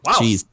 Wow